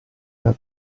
dal